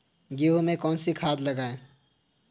गेहूँ में कौनसी खाद लगाएँ?